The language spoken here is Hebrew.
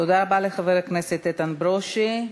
תודה רבה לחבר הכנסת איתן ברושי.